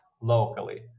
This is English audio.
locally